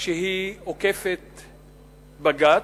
שהיא עוקפת בג"ץ,